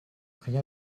rien